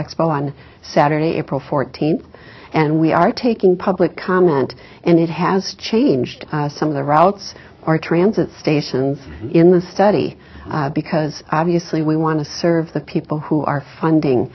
expo on saturday april fourteenth and we are taking public comment and it has changed some of the routes our transit stations in the study because obviously we want to serve the people who are funding